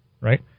Right